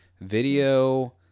video